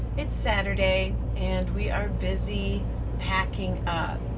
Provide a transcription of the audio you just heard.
it's saturday and we are busy packing